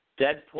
Deadpool